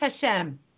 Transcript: Hashem